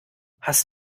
hast